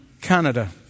Canada